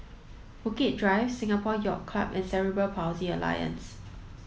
Bukit Drive Singapore Yacht Club and Cerebral Palsy Alliance